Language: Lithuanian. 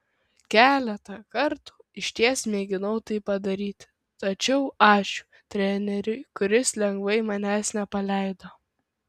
keletą kartų išties mėginau tai padaryti tačiau ačiū treneriui kuris lengvai manęs nepaleido